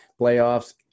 playoffs